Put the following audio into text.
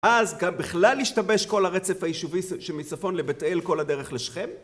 אז גם בכלל ישתבש כל הרצף היישובי שמצפון לבית-אל כל הדרך לשכם